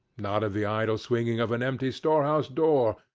not the idle swinging of an empty store-house door,